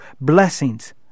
blessings